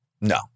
No